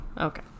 Okay